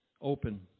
open